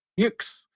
Yikes